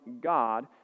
God